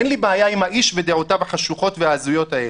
אין לי בעיה עם האיש ודעותיו החשוכות וההזויות האלו.